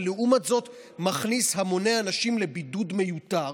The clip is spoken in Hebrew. ולעומת זאת מכניס המוני אנשים לבידוד מיותר,